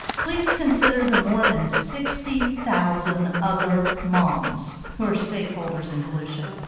please consider the more than sixty thousand other moms who are stakeholders in volusia.